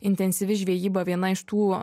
intensyvi žvejyba viena iš tų